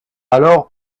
alors